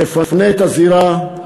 תפנה את הזירה.